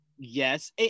Yes